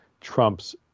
Trump's